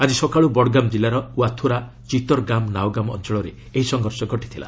ଆଜି ସକାଳୁ ବଡଗାମ୍ ଜିଲ୍ଲାର ୱାଥୁରା ଚିତରଗାମ୍ ନାଓଗାମ୍ ଅଞ୍ଚଳରେ ଏହି ସଂଘର୍ଷ ଘଟିଥିଲା